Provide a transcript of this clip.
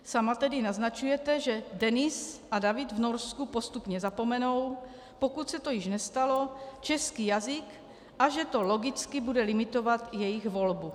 Sama tedy naznačujete, že Denis a David v Norsku postupně zapomenou, pokud se to již nestalo, český jazyk, a že to logicky bude limitovat jejich volbu.